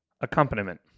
accompaniment